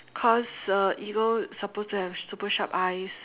cause uh eagle supposed to have super sharp eyes